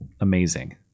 amazing